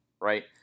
right